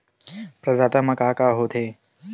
प्रदाता मा का का हो थे?